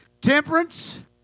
Temperance